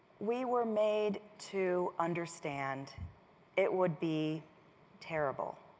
we were made to understand it would be terrible.